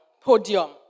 podium